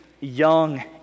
young